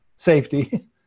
Safety